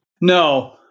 no